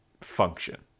function